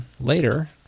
later